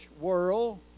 world